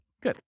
Good